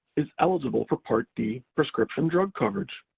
is eligible for part d prescription drug coverage.